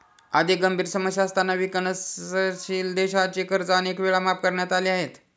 अधिक गंभीर समस्या असताना विकसनशील देशांची कर्जे अनेक वेळा माफ करण्यात आली आहेत